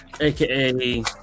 aka